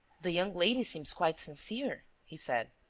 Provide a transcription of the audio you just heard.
the young lady seems quite sincere, he said.